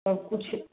और कुछ